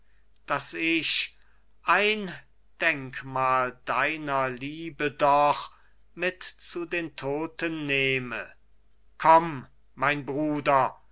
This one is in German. daß ich ein denkmal deiner liebe doch mit zu den todten nehme komm mein bruder